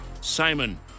Simon